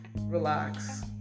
relax